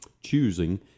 choosing